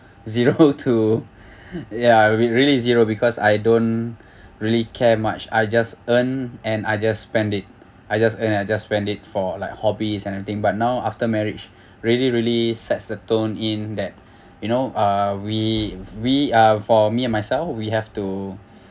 zero to ya we really zero because I don't really care much I just earn and I just spend it I just earn I just spend it for like hobbies and everything but now after marriage really really sets the tone in that you know uh we we uh for me and myself we have to